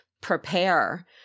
prepare